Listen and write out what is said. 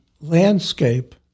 landscape